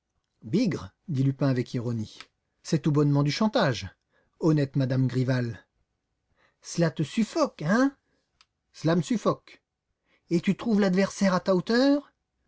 bigre dit lupin avec ironie c'est tout bonnement du chantage honnête madame dugrival cela te suffoque hein cela me suffoque et tu trouves l'adversaire à ta hauteur